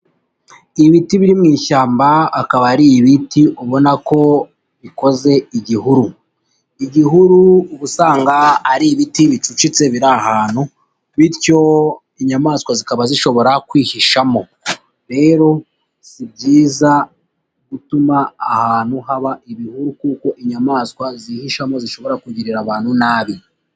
Ibiti biri mu ishyamba akaba ari ibiti ubona ko bikoze igihuru. Igihuru uba usanga ari ibiti bicucitse biri ahantu, bityo inyamaswa zikaba zishobora kwihishamo. Rero si byiza gutuma ahantu haba ibihuru, kuko inyamaswa zihishamo zishobora kugirira abantu nabi.